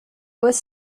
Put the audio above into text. was